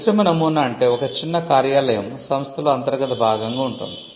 మిశ్రమ నమూనా అంటే ఒక చిన్న కార్యాలయం సంస్థలో అంతర్గత భాగంగా ఉంటుంది